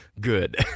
Good